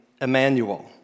Emmanuel